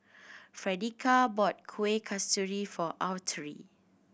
Fredericka bought Kuih Kasturi for Autry